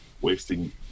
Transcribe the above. wasting